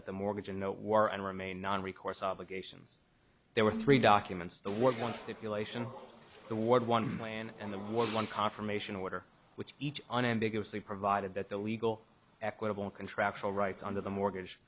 that the mortgage in no war and remain non recourse obligations there were three documents the work one stipulation the ward one plan and the one one confirmation order which each unambiguously provided that the legal equitable contractual rights under the mortgage